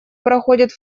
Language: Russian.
проходит